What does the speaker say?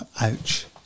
Ouch